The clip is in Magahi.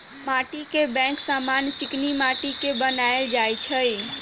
माटीके बैंक समान्य चीकनि माटि के बनायल जाइ छइ